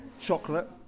chocolate